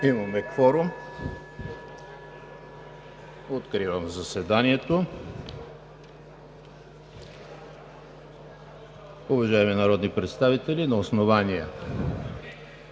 (Звъни.) Откривам заседанието. Уважаеми народни представители, на основание